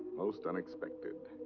most unexpected.